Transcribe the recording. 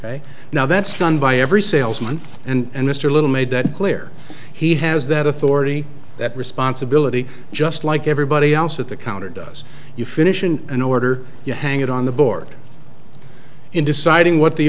ok now that's done by every salesman and mr little made that clear he has that authority that responsibility just like everybody else at the counter does you finish in an order you hang it on the board in deciding what the